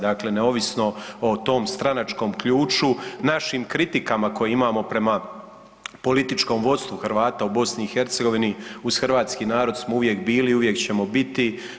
Dakle neovisno o tom stranačkom ključu, našim kritikama koje imamo prema političkom vodstvu Hrvata u BiH uz hrvatski narod smo uvijek bili i uvijek ćemo biti.